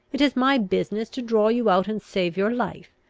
it is my business to draw you out and save your life.